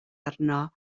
arno